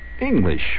English